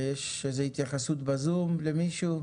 יש התייחסויות בזום למישהו?